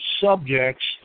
subjects